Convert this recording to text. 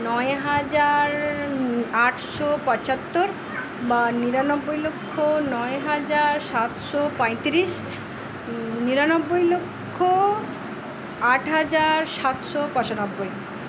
নয় হাজার আটশো পঁচাত্তর বা নিরানব্বই লক্ষ নয় হাজার সাতশো পঁয়তিরিশ নিরানব্বই লক্ষ আট হাজার সাতশো পঁচানব্বই